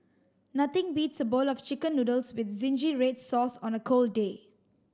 nothing beats a bowl of chicken noodles with red sauce on a cold day